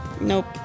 Nope